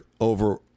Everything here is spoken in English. over